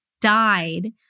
died